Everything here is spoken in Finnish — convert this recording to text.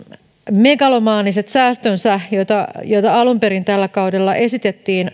megalomaaniset säästönsä joita vammaispalveluihin alun perin tällä kaudella esitettiin